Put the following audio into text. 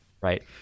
Right